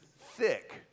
thick